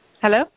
Hello